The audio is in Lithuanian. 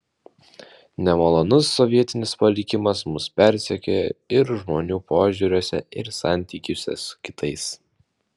nemalonus sovietinis palikimas mus persekioja ir žmonių požiūriuose ir santykiuose su kitais